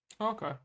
Okay